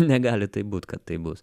negali taip būt kad taip bus